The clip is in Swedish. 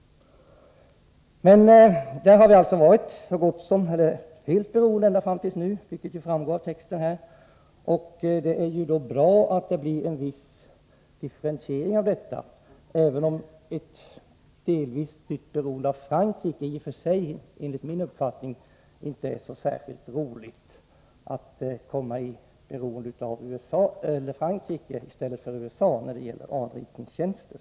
Vi har alltså delvis varit beroende av USA ända fram till nu, vilket framgår av texten i svaret. Det är bra att det nu blir en viss differentiering, även om det är fråga om ett delvis nytt beroende — ett beroende av Frankrike. Det är enligt min uppfattning i och för sig inte särskilt roligt att komma i beroende av Franrike i stället för av USA när det gäller anrikningstjänster.